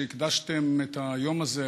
שהקדשתם את היום הזה,